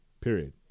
Period